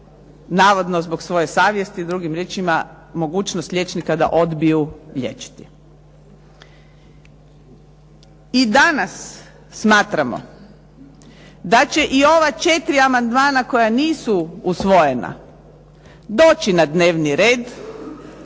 navodno zbog svoje savjesti. Drugim riječima mogućnost liječnika da odbiju liječiti. I danas smatramo da će i ova 4 amandmana koja nisu usvojena doći na dnevni red,